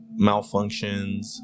malfunctions